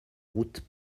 route